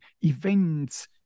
events